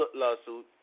lawsuit